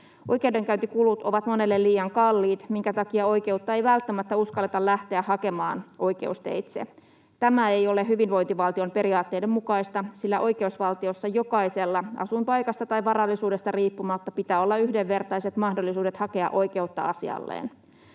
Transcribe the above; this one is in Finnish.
Oikeudenkäyntikulut ovat monelle liian kalliit, minkä takia oikeutta ei välttämättä uskalleta lähteä hakemaan oikeusteitse. Tämä ei ole hyvinvointivaltion periaatteiden mukaista, sillä oikeusvaltiossa jokaisella asuinpaikasta tai varallisuudesta riippumatta pitää olla yhdenvertaiset mahdollisuudet hakea oikeutta asialleen.